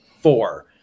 four